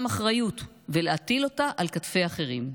אחריות ולהטיל אותה על כתפי אחרים,